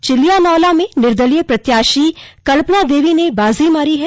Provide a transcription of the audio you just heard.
चिलियानौला में निर्दलीय प्रत्याकशी कल्पाना देवी ने बाजी मारी है